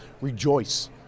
rejoice